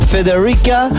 Federica